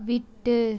விட்டு